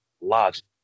logic